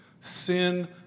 Sin